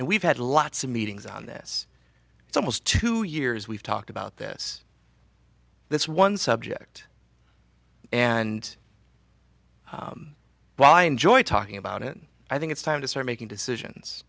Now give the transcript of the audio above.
and we've had lots of meetings on this it's almost two years we've talked about this this one subject and while i enjoy talking about it i think it's time to start making decisions